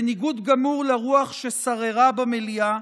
בניגוד גמור לרוח ששררה במליאה,